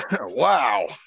wow